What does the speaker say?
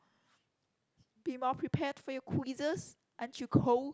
be more prepared for your quizzes aren't you cold